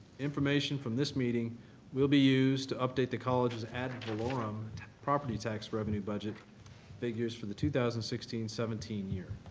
information from this meeting will be used to update the college's ad valorem property tax revenue budget figures for the two thousand and sixteen seventeen year.